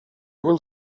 will